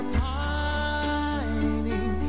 pining